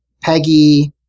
Peggy